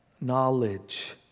knowledge